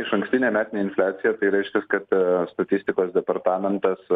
išankstinė metinė infliacija tai reiškias kad statistikos departamentas